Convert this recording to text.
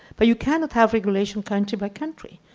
but you cannot have regulation country by country.